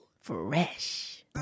Fresh